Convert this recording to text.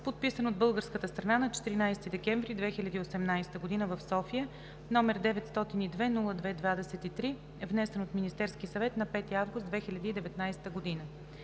подписан от българската страна на 14 декември 2018 г. в София, № 902-02-23, внесен от Министерския съвет на 5 август 2019 г.